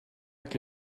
avec